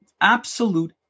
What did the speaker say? absolute